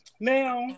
Now